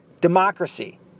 democracy